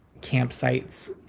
campsites